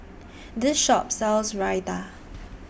This Shop sells Raita